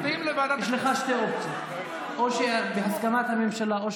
יש לך שתי אופציות: או שבהסכמת הממשלה אתה